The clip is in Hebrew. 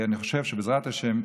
אני חושב שבעזרת השם,